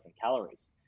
calories